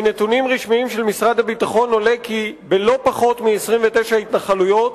מנתונים רשמיים של משרד הביטחון עולה כי בלא פחות מ-29 התנחלויות